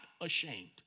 ashamed